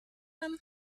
him